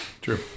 True